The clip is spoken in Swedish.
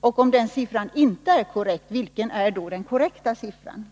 Om det beloppet inte är korrekt, vilket är då det riktiga beloppet?